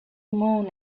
moon